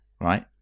right